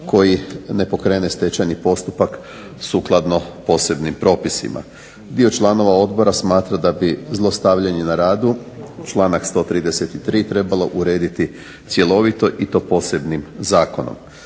koji ne pokrene stečajni postupak sukladno posebnim propisima. Dio članova odbora smatra da bi zlostavljanje na radu, članak 133., trebalo urediti cjelovito i to posebnim zakonom.